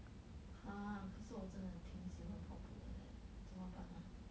!huh! but 可是我真的挺喜欢跑步的 leh 怎么办 ah